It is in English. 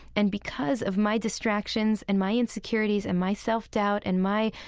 and because of my distractions and my insecurities and my self-doubt and my,